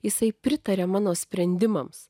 jisai pritaria mano sprendimams